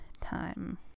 time